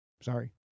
Sorry